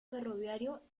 ferroviario